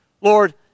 Lord